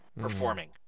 performing